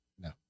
No